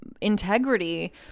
Integrity